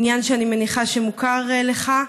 עניין שאני מניחה שמוכר לך.